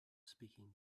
speaking